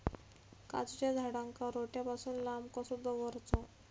काजूच्या झाडांका रोट्या पासून लांब कसो दवरूचो?